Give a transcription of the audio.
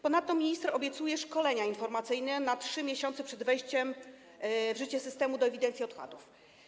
Ponadto minister obiecuje szkolenia informacyjne na 3 miesiące przed wejściem w życie systemu ewidencji odpadów.